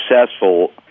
successful